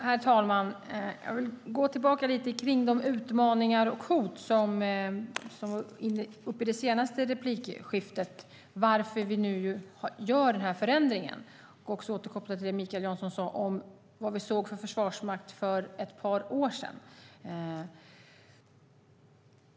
Herr talman! Jag vill gå tillbaka lite till de utmaningar och hot som togs upp i det tidigare inlägget, varför vi nu gör den här förändringen och också återkoppla till det Mikael Jansson sade om vad vi såg för försvarsmakt för ett par år sedan.